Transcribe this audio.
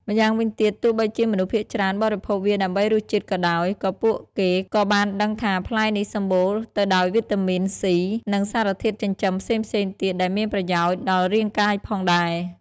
ម្យ៉ាងវិញទៀត ទោះបីជាមនុស្សភាគច្រើនបរិភោគវាដើម្បីរសជាតិក៏ដោយ ក៏ពួកគេក៏បានដឹងថាផ្លែនេះសម្បូរទៅដោយវីតាមីន ស៊ី និងសារធាតុចិញ្ចឹមផ្សេងៗទៀតដែលមានប្រយោជន៍ដល់រាងកាយផងដែរ។